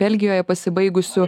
belgijoje pasibaigusių